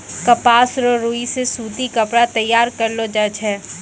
कपास रो रुई से सूती कपड़ा तैयार करलो जाय छै